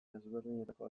desberdinetako